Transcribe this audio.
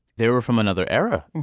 they were from another era.